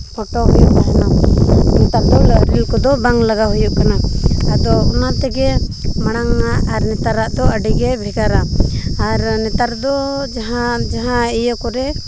photo ᱜᱮ ᱛᱟᱦᱮᱱᱟ ᱱᱮᱛᱟᱨ ᱫᱚ ᱨᱤᱞ ᱠᱚᱫᱚ ᱵᱟᱝ ᱞᱟᱜᱟᱣ ᱦᱩᱭᱩᱜ ᱠᱟᱱᱟ ᱟᱫᱚ ᱚᱱᱟ ᱛᱮᱜᱮ ᱢᱟᱲᱟᱝ ᱟᱜ ᱟᱨ ᱱᱮᱛᱟᱨᱟᱜ ᱫᱚ ᱟᱹᱰᱤ ᱜᱮ ᱵᱷᱮᱜᱟᱨᱟ ᱟᱨ ᱱᱮᱛᱟᱨ ᱫᱚ ᱡᱟᱦᱟᱸ ᱡᱟᱦᱟᱸ ᱤᱭᱟᱹ ᱠᱚᱨᱮ